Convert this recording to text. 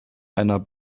einer